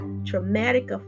traumatic